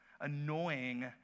annoying